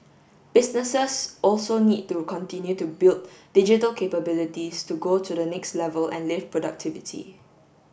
businesses also need to continue to build digital capabilities to go to the next level and lift productivity